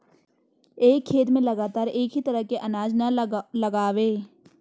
एक खेत में लगातार एक ही तरह के अनाज न लगावें